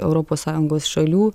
europos sąjungos šalių